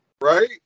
right